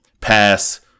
pass